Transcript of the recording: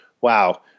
wow